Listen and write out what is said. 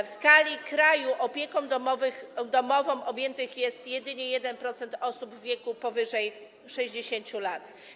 W skali kraju opieką domową objętych jest jedynie 1% osób w wieku powyżej 60 lat.